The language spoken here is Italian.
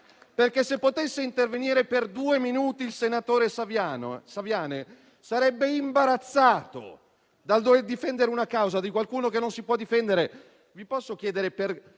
posto. Se potesse intervenire per due minuti il senatore Saviane, sarebbe imbarazzato dal dover difendere una causa di qualcuno che non si può difendere.